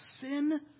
sin